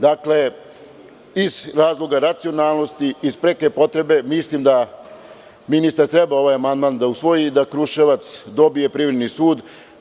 Dakle, i iz razloga racionalnosti i iz preke potrebe, mislim da ministar treba ovaj amandman da usvoji i da Kruševac dobije privredni sud.